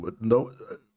No